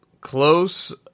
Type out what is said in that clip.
close